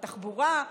של התחבורה,